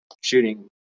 shooting